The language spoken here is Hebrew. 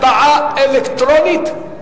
סיעת רע"ם-תע"ל לסעיף 04, משרד ראש הממשלה (תוכנית